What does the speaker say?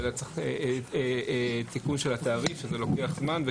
צריך תיקון תעריף וזה לוקח זמן.